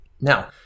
Now